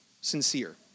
sincere